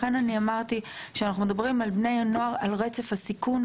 לכן אני אמרתי שאנחנו מדברים על בני הנוער על רצף הסיכון,